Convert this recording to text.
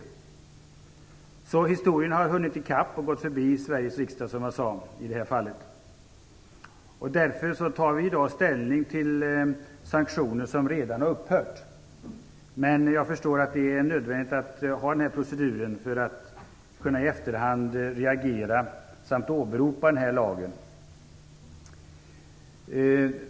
Historien har alltså i detta fall hunnit i kapp och gått förbi Sveriges riksdag. Vi kommer i dag att ta ställning till sanktioner som redan har upphört. Jag förstår dock att det är nödvändigt med den här proceduren så att man i efterhand kan reagera och åberopa lagen.